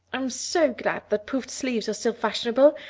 i'm so glad that puffed sleeves are still fashionable.